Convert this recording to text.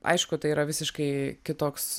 aišku tai yra visiškai kitoks